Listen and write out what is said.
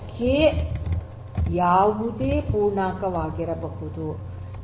K ಯಾವುದೇ ಪೂರ್ಣಾಂಕವಾಗಬಹುದು ಅದು 2 3 4 ಆಗಿರಬಹುದು